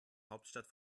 hauptstadt